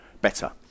better